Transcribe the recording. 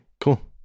Cool